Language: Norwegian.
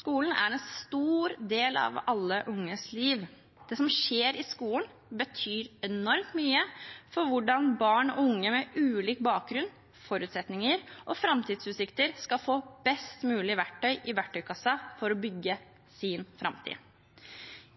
Skolen er en stor del av alle unges liv. Det som skjer i skolen, betyr enormt mye for hvordan barn og unge med ulik bakgrunn, ulike forutsetninger og ulike framtidsutsikter skal få best mulig verktøy i verktøykassen for å bygge sin framtid.